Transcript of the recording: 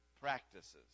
practices